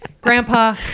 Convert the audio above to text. Grandpa